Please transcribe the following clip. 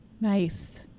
Nice